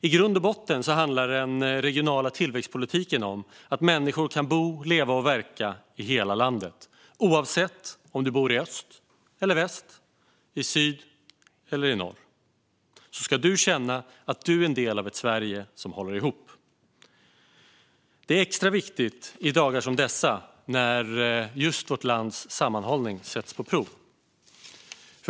I grund och botten handlar den regionala tillväxtpolitiken om att människor kan bo, leva och verka i hela landet. Oavsett om du bor i öst, väst, syd eller nord ska du känna att du är en del av ett Sverige som håller ihop. Det är extra viktigt i dagar som dessa, när just vårt lands sammanhållning sätts på prov.